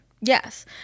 Yes